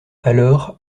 alors